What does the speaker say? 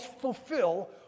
fulfill